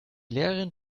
lehrerin